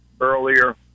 earlier